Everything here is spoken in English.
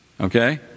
Okay